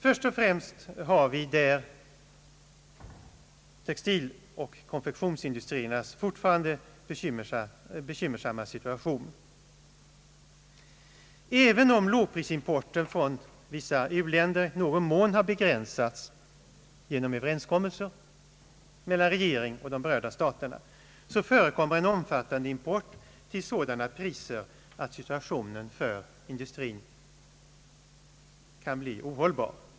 Först och främst har vi där textiloch konfektionsindustriernas fortfarande bekymmersamma situation. även om lågprisimporten från vissa u-länder i någon mån har begränsats genom Ööverenskommelser mellan regeringen och berörda stater, förekommer en omfattande import till sådana priser att situationen för dessa industrier kan bli ohållbar.